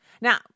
Now